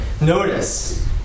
Notice